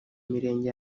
mirenge